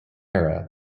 era